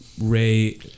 Ray